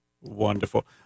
wonderful